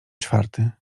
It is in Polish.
czwarty